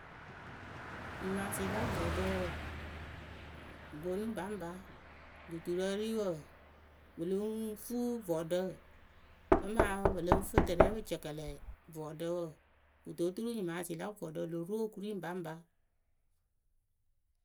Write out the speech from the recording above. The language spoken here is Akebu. Nyɩmaasɩ la vɔɖǝ wǝǝ bonu ŋpaŋpa duturǝ ɖi wǝǝ pɨ lɨŋ fuu vɔɖǝ amaa pɨ lɨŋ fɨ tɨrɛ pɨ cɛkɛlɛ vɔɖǝ wǝǝ kɨto oturu nyɩmaasɩ la vɔrʊrǝ lo ru okori ŋpa ŋpa.